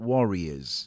Warriors